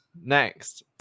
Next